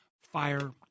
fire